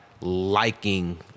liking